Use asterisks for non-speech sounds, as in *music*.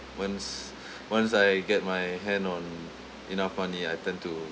once *breath* once I get my hand on enough money I tend to